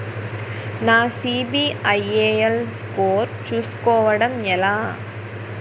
నా సిబిఐఎల్ స్కోర్ చుస్కోవడం ఎలా?